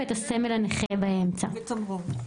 את סמל הנכה באמצע ותמרור.